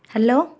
hello